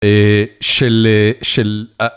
אה, של, אה, של, אה